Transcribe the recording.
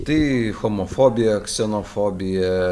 tai homofobija ksenofobija